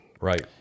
right